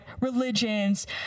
religions